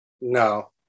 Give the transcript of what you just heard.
No